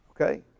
Okay